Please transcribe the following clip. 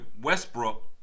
Westbrook